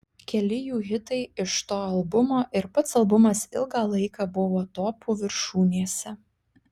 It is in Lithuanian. keli jų hitai iš to albumo ir pats albumas ilgą laiką buvo topų viršūnėse